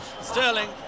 Sterling